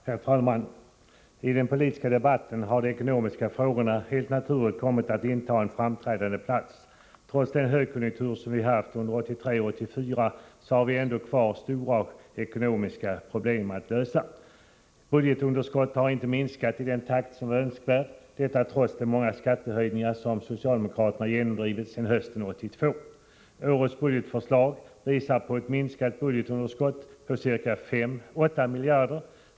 Herr talman! I den politiska debatten har de ekonomiska frågorna helt naturligt kommit att inta en framträdande plats. Trots den högkonjunktur som vi haft under 1983 och 1984 har vi ändå stora ekonomiska problem kvar att lösa. Budgetunderskottet har inte minskat i den takt som varit önskvärd, detta trots de många skattehöjningar som socialdemokraterna genomdrivit sedan hösten 1982. Årets budgetförslag visar ett minskat budgetunderskott på ca 8 miljarder.